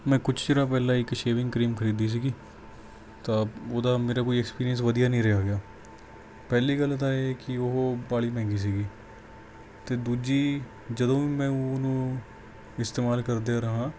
ਮੈਂ ਕੁਝ ਚਿਰ ਪਹਿਲਾਂ ਇੱਕ ਸੇਵਿੰਗ ਕਰੀਮ ਖਰੀਦੀ ਸੀਗੀ ਤਾਂ ਉਹਦਾ ਮੇਰਾ ਕੋਈ ਐਕਸਪੀਰੀਅਸ ਵਧੀਆ ਨਹੀਂ ਰਿਹਾ ਗਾ ਪਹਿਲੀ ਗੱਲ ਤਾਂ ਇਹ ਕਿ ਉਹ ਬਾਹਲੀ ਮਹਿੰਗੀ ਸੀਗੀ ਅਤੇ ਦੂਜੀ ਜਦੋਂ ਵੀ ਮੈਂ ਉਹਨੂੰ ਇਸਤੇਮਾਲ ਕਰਦੇ ਆ ਰਹਾਂ